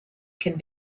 can